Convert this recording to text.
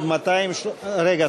רגע,